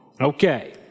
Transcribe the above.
Okay